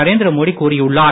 நரேந்திர மோடி கூறியுள்ளார்